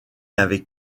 avec